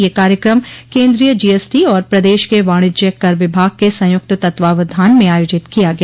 यह कार्यकम केन्द्रीय जीएसटी और प्रदेश के वाणिज्य कर विभाग के संयुक्त तत्वावधान में आयोजित किया गया